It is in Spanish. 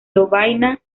lovaina